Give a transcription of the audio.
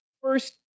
First